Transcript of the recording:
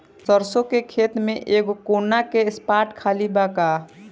सरसों के खेत में एगो कोना के स्पॉट खाली बा का?